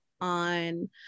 on